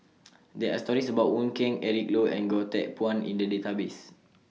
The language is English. There Are stories about Wong Keen Eric Low and Goh Teck Phuan in The Database